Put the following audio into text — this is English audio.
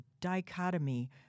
dichotomy